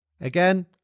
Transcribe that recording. Again